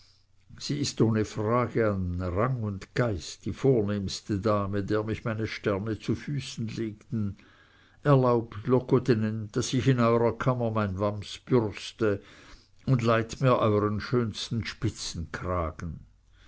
sie ist ohne frage an rang und geist die vornehmste dame der mich meine sterne zu füßen legten erlaubt locotenent daß ich in eurer kammer mein wams bürste und leiht mir euern schönsten